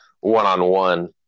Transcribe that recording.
one-on-one